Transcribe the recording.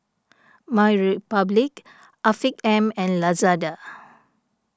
MyRepublic Afiq M and Lazada